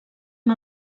amb